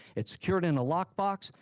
it's secured in a lockbox,